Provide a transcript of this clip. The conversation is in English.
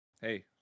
hey